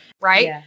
Right